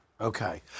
Okay